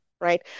right